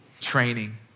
training